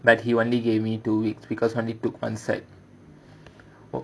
but he only gave me two weeks because only took one side